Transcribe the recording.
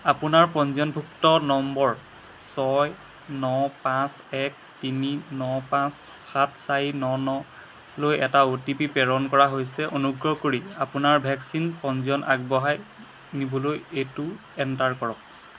আপোনাৰ পঞ্জীয়নভুক্ত নম্বৰ ছয় ন পাঁচ এক তিনি ন পাঁচ সাত চাৰি ন নলৈ এটা অ' টি পি প্ৰেৰণ কৰা হৈছে অনুগ্ৰহ কৰি আপোনাৰ ভেকচিন পঞ্জীয়ন আগবঢ়াই নিবলৈ এইটো এণ্টাৰ কৰক